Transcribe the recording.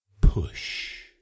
push